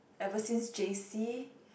ever since J_C